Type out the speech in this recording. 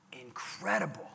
incredible